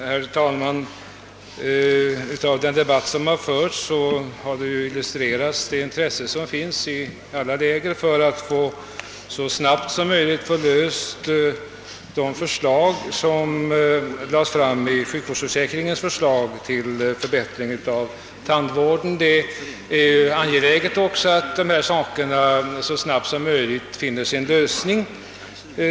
Herr talman! Den debatt som förts har illustrerat det intresse som finns i alla läger för att så snabbt som möjligt genomföra sjukförsäkringsutredningens förslag till förbättring av tandvården. Det är också angeläget att härmed sammanhängande problem snarast finner sin lösning.